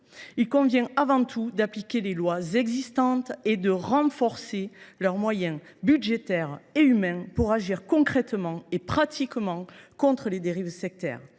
il convient avant tout d’appliquer les lois existantes et de renforcer les moyens budgétaires et humains pour agir concrètement et pratiquement contre les dérives sectaires.